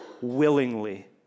willingly